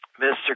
Mr